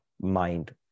mind